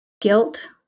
Guilt